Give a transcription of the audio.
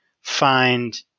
find